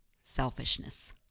selfishness